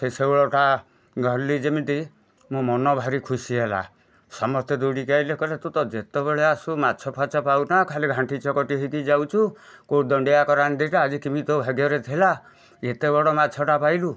ସେ ଶେଉଳଟା ଧରିଲି ଯେମିତି ମୋ ମନ ଭାରି ଖୁସି ହେଲା ସମସ୍ତେ ଦୋୖଡ଼ିକି ଆସିଲେ କହିଲେ ତୁ ତ ଯେତେବେଳେ ଆସୁ ମାଛଫାଛ ପାଉନା ଖାଲି ଘାଣ୍ଟି ଚକଟି ହୋଇକି ଯାଉଛୁ କୋଉ ଦଣ୍ଡିଆ କରାଣ୍ଡି ଦୁଇଟା ଆଜି କେମିତି ତୋ ଭାଗ୍ୟରେ ଥିଲା ଏତେ ବଡ଼ ମାଛଟା ପାଇଲୁ